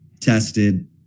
tested